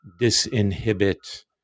disinhibit